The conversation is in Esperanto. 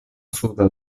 suda